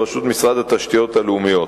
בראשות משרד התשתיות הלאומיות.